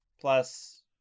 plus